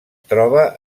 troba